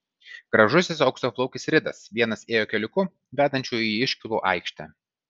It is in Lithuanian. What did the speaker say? gražusis auksaplaukis ridas vienas ėjo keliuku vedančiu į iškylų aikštę